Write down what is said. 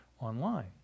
online